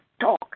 talk